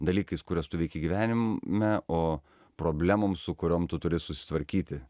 dalykais kuriuos tu veiki gyvenime o problemom su kuriom tu turi susitvarkyti